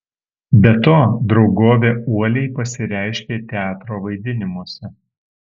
be to draugovė uoliai pasireiškė teatro vaidinimuose